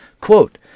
Quote